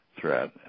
threat